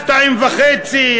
2.5,